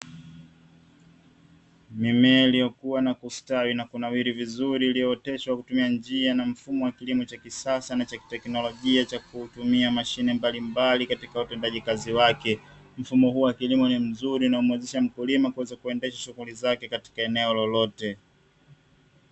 Mimea iliyokua na kustawi na kunawiri vizuri iliyooteshwa kutumia njia na mfumo wa kilimo cha kisasa na cha kiteknolojia cha kutumia mashine mbalimbali katika watendaji kazi wake. Mfumo huu wa kilimo ni mzuri na umwezesha mkulima kuweza kuendesha shughuli zake katika eneo lolote.